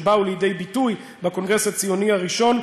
שבאו לידי ביטוי בקונגרס הציוני הראשון,